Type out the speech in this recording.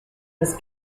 was